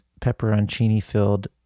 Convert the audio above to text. pepperoncini-filled